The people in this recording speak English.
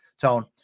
Tone